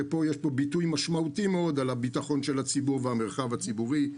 שיש בו ביטוי משמעותי מאוד על הביטחון של הציבור והמרחב הציבורי,